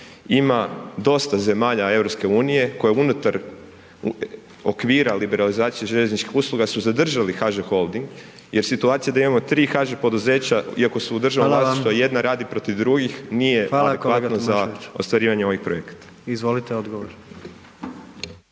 ima dosta zemalja EU koje unutar okvira liberalizacije željezničkih usluga su zadržali HŽ Holding jer situacija da imamo 3 HŽ poduzeća iako su u državnom vlasništvu …/Upadica: Hvala vam./… a jedna radi protiv drugih, nije adekvatno za ostvarivanje ovih projekata.